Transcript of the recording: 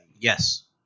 Yes